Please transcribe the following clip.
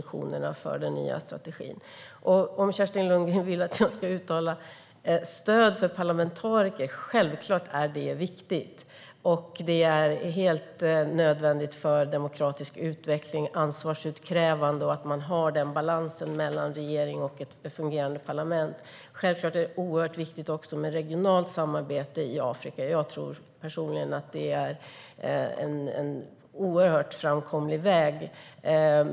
Kerstin Lundgren vill att jag ska uttala stöd för parlamentariker. Självklart är det viktigt och helt nödvändigt för demokratisk utveckling och ansvarsutkrävande att man har denna balans mellan regering och ett fungerande parlament. Självklart är det också oerhört viktigt med regionalt samarbete i Afrika. Jag tror personligen att det är en viktig framkomlig väg.